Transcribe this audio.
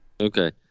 Okay